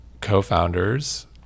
co-founders